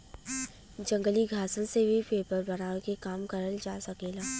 जंगली घासन से भी पेपर बनावे के काम करल जा सकेला